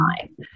time